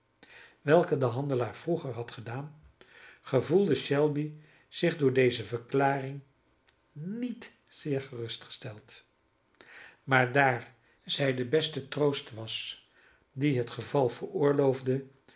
welke de handelaar vroeger had gedaan gevoelde shelby zich door deze verklaring niet zeer gerustgesteld maar daar zij de beste troost was dien het geval